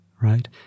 right